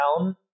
down